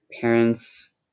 parents